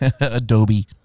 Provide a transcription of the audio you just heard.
Adobe